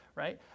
right